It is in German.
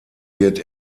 wird